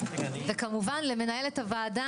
וכמובן למנהלת הוועדה,